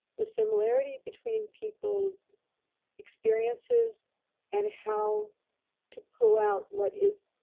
the similarity between people's experiences and how to pull out what is